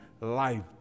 life